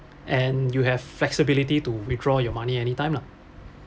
and you have flexibility to withdraw your money anytime lah